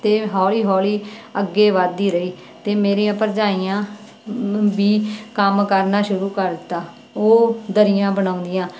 ਅਤੇ ਹੌਲੀ ਹੌਲੀ ਅੱਗੇ ਵਧਦੀ ਰਹੀ ਅਤੇ ਮੇਰੀਆਂ ਭਰਜਾਈਆਂ ਵੀ ਕੰਮ ਕਰਨਾ ਸ਼ੁਰੂ ਕਰ ਦਿੱਤਾ ਉਹ ਦਰੀਆਂ ਬਣਾਉਂਦੀਆਂ